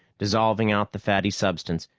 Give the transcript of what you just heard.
dissolving out the fatty substance,